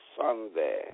Sunday